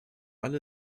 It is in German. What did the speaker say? alle